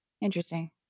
Interesting